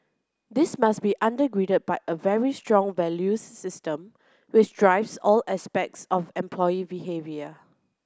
this must be under grided by a very strong values system which drives all aspects of employee behaviour